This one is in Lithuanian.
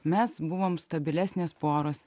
mes buvom stabilesnės poros